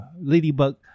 Ladybug